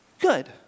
good